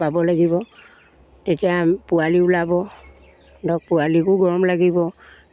পাব লাগিব তেতিয়া পোৱালি ওলাব ধৰক পোৱালিকো গৰম লাগিব